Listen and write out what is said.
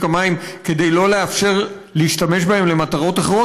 המים כדי לא לאפשר להשתמש בהם למטרות אחרות?